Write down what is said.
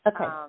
okay